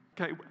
Okay